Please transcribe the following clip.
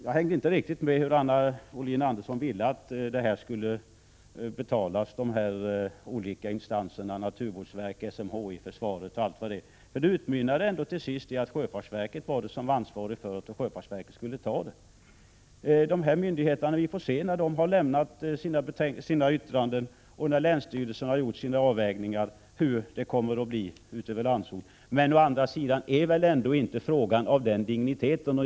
Jag hängde inte riktigt med när Anna Wohlin-Andersson talade om hur hon ville att det här skulle finansieras. Jag tänker då på de olika instanserna — naturvårdsverket, SMHI, försvaret etc. Men det hela utmynnade ändå till sist i att sjöfartsverket skulle bära ansvaret. När myndigheterna har avgett sina yttranden och länsstyrelsen har gjort sina avvägningar, får vi se hur det kommer att bli ute vid Landsort. Men å andra sidan är väl ändå inte detta en fråga av så stor dignitet.